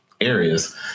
areas